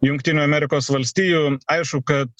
jungtinių amerikos valstijų aišku kad